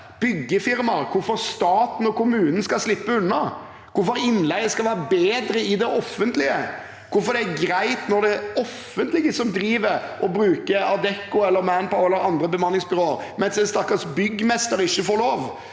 byggefirmaer hvorfor staten og kommunene skal slippe unna, hvorfor innleie skal være bedre i det offentlige – hvorfor det er greit når det er det offentlige som bruker Adecco, Manpower eller andre bemanningsbyråer, mens en stakkars byggmester ikke får lov.